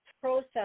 process